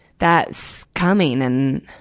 that's coming and,